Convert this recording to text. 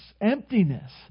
emptiness